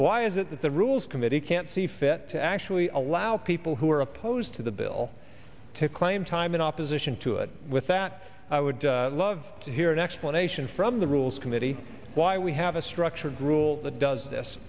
why is it that the rules committee can't see fit to actually allow people who are opposed to the bill to claim time in opposition to it with that i would love to hear an explanation from the rules committee why we have a structure grewal that does this